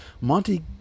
Monty